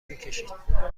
میکشید